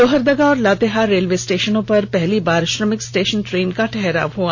लोहरदगा और लातेहार रेलवे स्टेषनों पर पहली बार श्रमिक स्टेषन ट्रेन का ठहराव हुआ